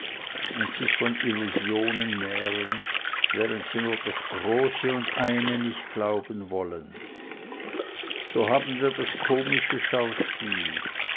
und sich von illusionen nähren während sie nur das große und eine nicht glauben wollen so haben wir das komische schauspiel